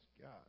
God